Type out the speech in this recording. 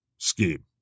scheme